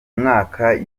mwaka